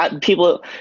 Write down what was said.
people